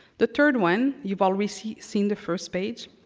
the third one, you've already seen seen the first page,